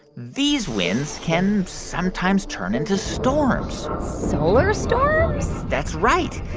these winds can sometimes turn into storms solar storms? that's right.